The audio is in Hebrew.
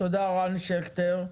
תודה רן שכטר.